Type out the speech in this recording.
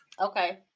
Okay